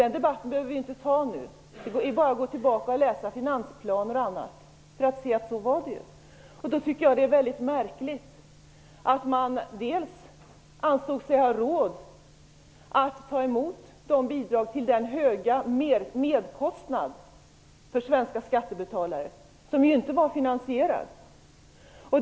Den debatten behöver vi inte föra nu. Det är bara att läsa i finansplanen m.m. för att se hur det var. Jag tycker därför att det är mycket märkligt att man ansåg sig ha råd att ta emot bidrag till den höga merkostnad för svenska skattebetalare som inte var finansierad.